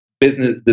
business